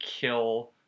kill